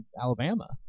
Alabama